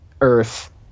Earth